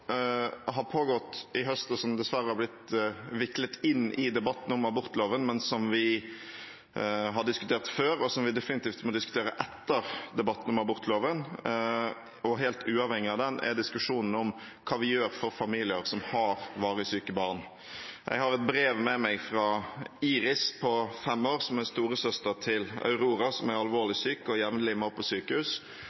har pågått i høst – og som dessverre har blitt viklet inn i debatten om abortloven, men som vi har hatt før, og som vi definitivt må ha etter debatten om abortloven, og helt uavhengig av den – er om hva vi gjør for familier som har varig syke barn. Jeg har med meg et brev fra Iris på fem år, som er storesøster til Aurora, som er